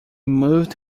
moved